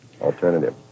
alternative